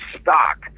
stock